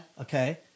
Okay